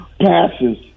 passes